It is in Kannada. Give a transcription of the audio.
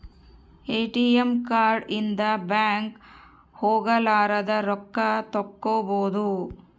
ಎ.ಟಿ.ಎಂ ಕಾರ್ಡ್ ಇಂದ ಬ್ಯಾಂಕ್ ಹೋಗಲಾರದ ರೊಕ್ಕ ತಕ್ಕ್ಕೊಬೊದು